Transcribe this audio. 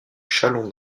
chalon